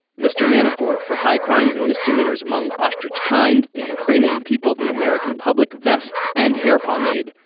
mr. manafort, for high crimes and misdemeanors among ostrich kind. the ukrainian people, the american public vests and hair pomade.